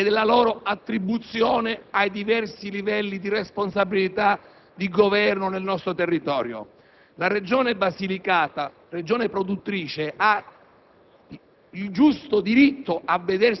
delle accise e della loro attribuzione ai diversi livelli di responsabilità di governo nel nostro territorio. La Regione Basilicata, Regione produttrice, ha